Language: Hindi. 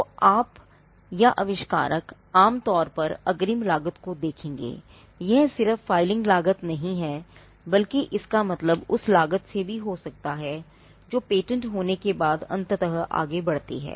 तो आप या आविष्कारक आम तौर पर अग्रिम लागत को देखेंगे यह सिर्फ फाइलिंग लागत नहीं है बल्कि इसका मतलब उस लागत से भी हो सकता है जो पेटेंट होने के बाद अंततः आगे बढ़ती है